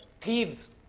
thieves